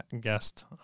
guest